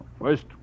First